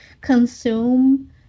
consume